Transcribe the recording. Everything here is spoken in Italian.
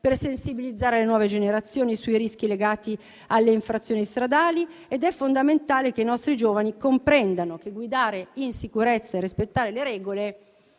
per sensibilizzare le nuove generazioni sui rischi legati alle infrazioni stradali. È fondamentale che i nostri giovani comprendano che guidare in sicurezza e rispettare le regole